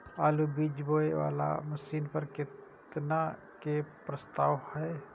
आलु बीज बोये वाला मशीन पर केतना के प्रस्ताव हय?